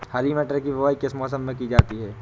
हरी मटर की बुवाई किस मौसम में की जाती है?